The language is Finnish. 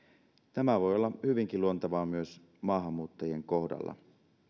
tämä voi olla hyvinkin luontevaa myös maahanmuuttajien kohdalla